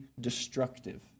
destructive